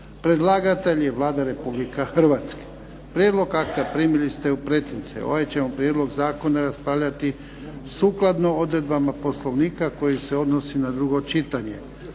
Predlagatelj je Vlada Republike Hrvatske. Prijedlog akta primili ste u pretince. Ovaj ćemo prijedlog zakona raspravljati sukladno odredbama Poslovnika koji se odnosi na drugo čitanje.